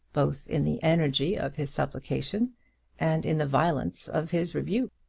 both in the energy of his supplication and in the violence of his rebuke.